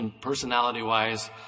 personality-wise